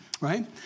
right